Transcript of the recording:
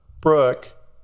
Brooke